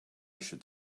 should